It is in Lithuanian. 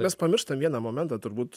mes pamirštam vieną momentą turbūt